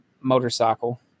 motorcycle